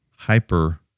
Hyper